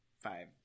five